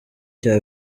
cya